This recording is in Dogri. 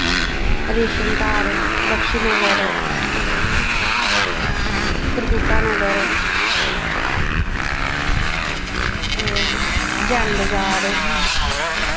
रेशम घर बख्शी नगर त्रकूटा नगर जैन बज़ार